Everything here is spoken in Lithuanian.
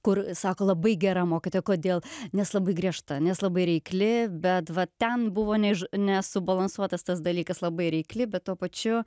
kur sako labai gera mokytoja kodėl nes labai griežta nes labai reikli bet va ten buvo ne iš nesubalansuotas tas dalykas labai reikli bet tuo pačiu